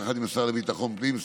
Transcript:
יחד עם השר לביטחון הפנים,